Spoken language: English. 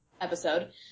episode